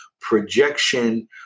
projection